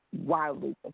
wildly